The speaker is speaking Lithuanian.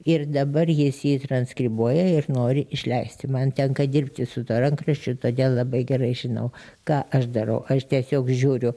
ir dabar jis jį transkribuoja ir nori išleisti man tenka dirbti su tuo rankraščiu todėl labai gerai žinau ką aš darau aš tiesiog žiūriu